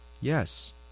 Yes